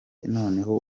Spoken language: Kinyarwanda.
noneho